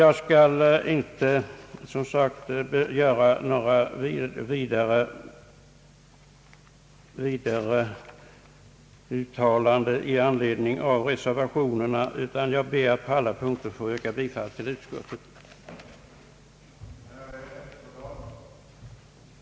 Jag skall som sagt inte göra några vidare uttalanden i anledning av reservationerna utan ber att på alla punkter få yrka bifall till utskottets hemställan.